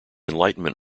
enlightenment